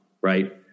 right